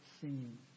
singing